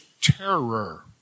terror